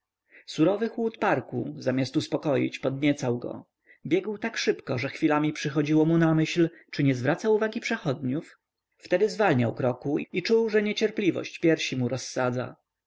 surowy chłód parku zamiast uspokoić podniecał go biegł tak szybko że chwilami przychodziło mu na myśl czy nie zwraca uwagi przechodniów wtedy zwalniał kroku i czuł że niecierpliwość piersi mu rozsadza